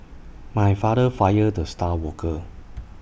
my father fired the star worker